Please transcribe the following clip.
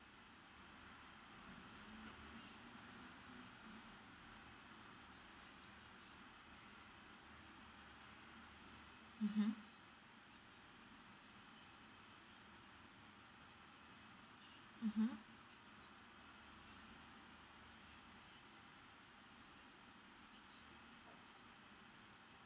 mmhmm mmhmm